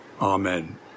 Amen